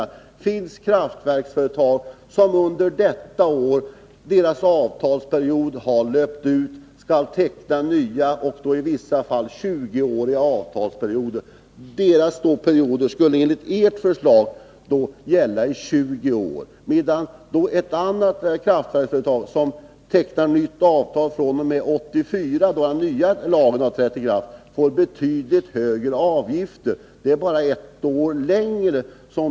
Det finns kraftverksföretag, vilkas avtalsperioder löper ut under detta år och som skall teckna nya avtal med i vissa fall 20-åriga avtalsperioder. Deras avtal skulle då enligt ert förslag gälla i 20 år, medan ett annat kraftverksföretag, som tecknar nytt avtal fr.o.m. 1984 sedan den nya lagen har trätt ikraft, får betydligt högre avgifter, trots att bara ett år skiljer.